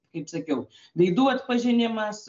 kaip sakiau veidų atpažinimas